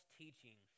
teaching